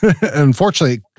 unfortunately